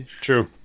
True